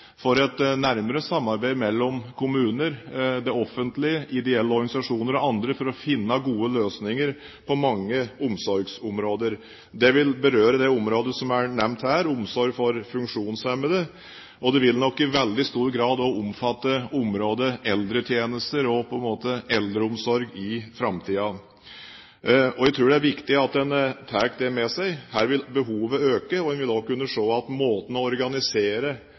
for et nærmere samarbeid mellom kommuner, det offentlige, ideelle organisasjoner og andre for å finne gode løsninger på mange omsorgsområder. Det vil berøre det området som er nevnt her – omsorg for funksjonshemmede. Det vil nok i veldig stor grad også omfatte området eldretjenester og eldreomsorg i framtiden. Jeg tror det er viktig at en tar det med seg. Her vil behovet øke, og en vil kunne se at måten å organisere